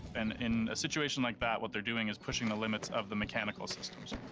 and in a situation like that, what they're doing is pushing the limits of the mechanical systems.